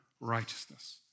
righteousness